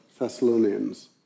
Thessalonians